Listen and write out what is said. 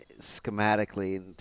schematically